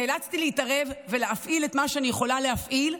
נאלצתי להתערב ולהפעיל את מה שאני יכולה להפעיל,